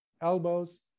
elbows